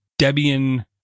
Debian